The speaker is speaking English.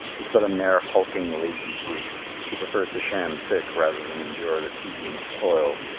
is but a mere hulking, lazy brute who prefers to sham sick rather than endure the tedium of toil.